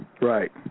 right